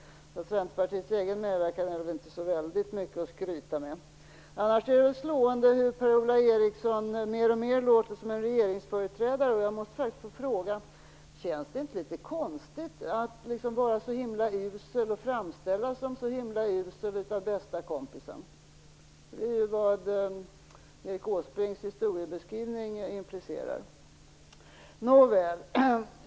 Centerpartiets egen medverkan är alltså inte så väldigt mycket att skryta med. Annars är det slående att Per-Ola Eriksson mer och mer låter som en regeringsföreträdare. Jag måste faktiskt fråga: Känns det inte litet konstigt att framställas som så usel av bästa kompisen - det är ju nämligen vad Erik Åsbrinks historieskrivning implicerar?